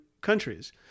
countries